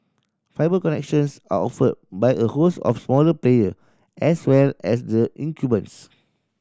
fibre connections are offered by a host of smaller player as well as the incumbents